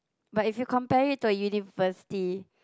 but if you compare it to a university